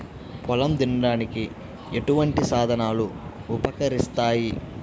పొలం దున్నడానికి ఎటువంటి సాధనాలు ఉపకరిస్తాయి?